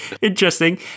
Interesting